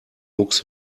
mucks